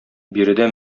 биредә